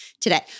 today